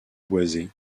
boisé